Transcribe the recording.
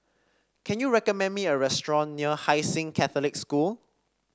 can you recommend me a restaurant near Hai Sing Catholic School